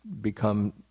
become